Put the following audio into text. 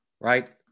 right